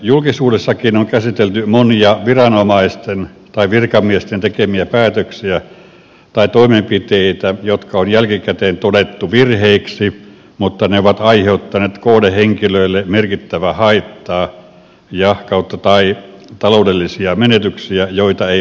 julkisuudessakin on käsitelty monia viranomaisten tai virkamiesten tekemiä päätöksiä tai toimenpiteitä jotka on jälkikäteen todettu virheiksi mutta ne ovat aiheuttaneet kohdehenkilöille merkittävää haittaa tai taloudellisia menetyksiä joita ei ole korvattu